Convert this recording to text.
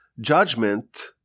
judgment